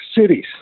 cities